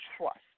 trust